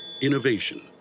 Innovation